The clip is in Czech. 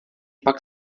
pak